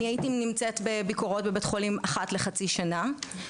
הייתי בביקורות בבתי חולים אחת לחצי שנה.